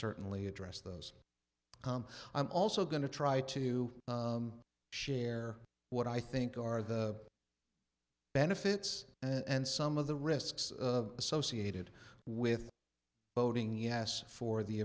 certainly address those i'm also going to try to share what i think are the benefits and some of the risks of associated with voting yes for the